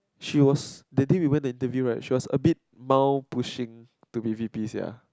she was that day we went to interview right she was a bit mild pushing to be V_P sia